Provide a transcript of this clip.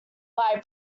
buy